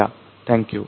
ಯ ಥ್ಯಾಂಕ್ಯು